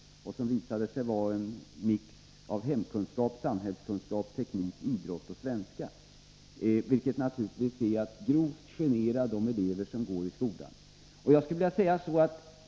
Det visade sig vara en mix av hemkunskap, samhällskunskap, teknik, idrott och svenska, vilket naturligtvis är att grovt genera de elever som går i skolan.